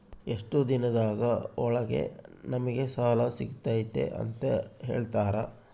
ಎಷ್ಟು ದಿನದ ಒಳಗೆ ನಮಗೆ ಸಾಲ ಸಿಗ್ತೈತೆ ಅಂತ ಹೇಳ್ತೇರಾ?